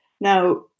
now